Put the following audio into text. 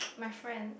my friend